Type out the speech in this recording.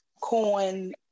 Coin